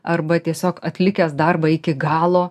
arba tiesiog atlikęs darbą iki galo